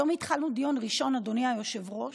היום התחלנו דיון ראשון, אדוני היושב-ראש,